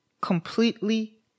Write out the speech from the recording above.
Completely